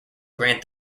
grant